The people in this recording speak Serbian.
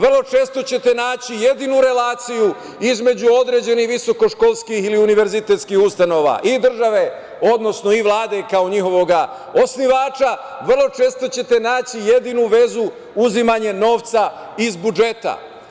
Vrlo često ćete naći jedinu relaciju između određenih visokoškolskih ili univerzitetskih ustanova i države, odnosno Vlade kao njihovog osnivača, vrlo često ćete naći jedinu vezu uzimanje novca iz budžeta.